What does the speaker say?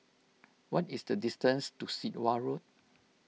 what is the distance to Sit Wah Road